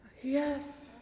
Yes